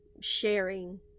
sharing